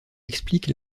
explique